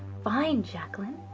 fine jacqueline.